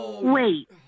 Wait